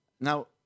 Now